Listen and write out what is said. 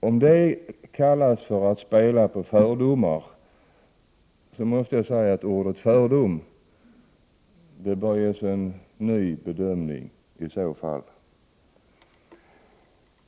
Om det kallas för att spela på fördomar, bör ordet fördom ges en ny bedömning. Herr talman!